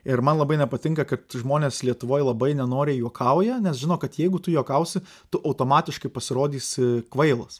ir man labai nepatinka kad žmonės lietuvoj labai nenoriai juokauja nes žino kad jeigu tu juokausi tu automatiškai pasirodysi kvailas